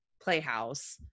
playhouse